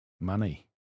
Money